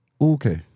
Okay